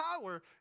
power